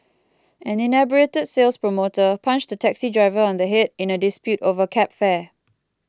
an inebriated sales promoter punched a taxi driver on the head in a dispute over cab fare